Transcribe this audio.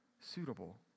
suitable